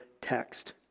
text